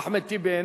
אחמד טיבי,